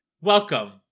welcome